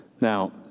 Now